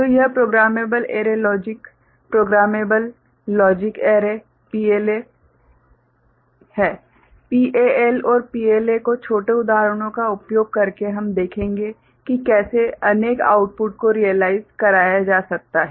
तो यह programmable array logic PAL programmable logic array PLA है PAL और PLA को छोटे उदाहरणों का उपयोग करके हम देखेंगे कि कैसे अनेक आउटपुट को रियलाइज्ड कराया जा सकता है